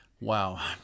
wow